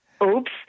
oops